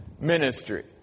ministry